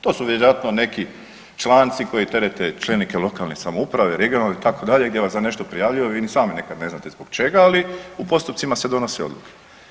To su vjerojatno neki članci koji terete čelnike lokalne samouprave, regionalne itd., gdje vas za nešto prijavljuju a vi ni sami nekad ne znate zbog čega, ali u postupcima se donose odluke.